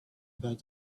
about